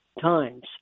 Times